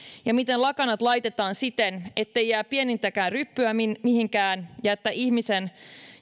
ja miten lakanat laitetaan siten ettei jää pienintäkään ryppyä mihinkään ja että ihmisen